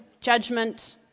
judgment